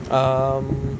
um